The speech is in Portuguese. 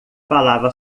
falava